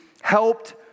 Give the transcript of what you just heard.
helped